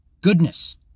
goodness